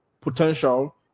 potential